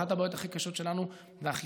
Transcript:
אחת הבעיות הכי קשות שלנו היא האכיפה,